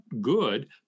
good